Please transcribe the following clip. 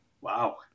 Wow